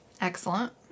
Excellent